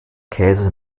käse